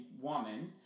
woman